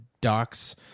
doc's